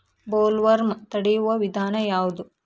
Bollworm ತಡಿಯು ವಿಧಾನ ಯಾವ್ದು?